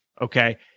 Okay